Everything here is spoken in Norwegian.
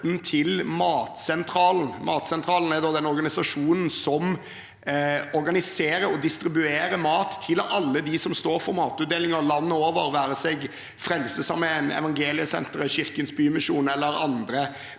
til Matsentralen. Matsentralen er den organisasjonen som organiserer og distribuerer mat til alle dem som står for matutdeling landet over, det være seg Frelsesarmeen, Evangeliesenteret, Kirkens Bymisjon eller andre